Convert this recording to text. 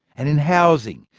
and in housing,